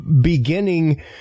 beginning